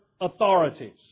authorities